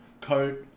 coat